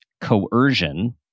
coercion